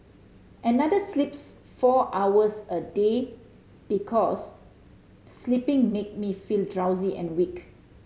another sleeps four hours a day because sleeping make me feel drowsy and weak